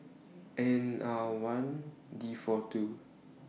N R one D four two